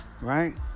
Right